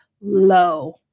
low